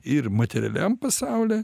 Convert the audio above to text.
ir materialiam pasauly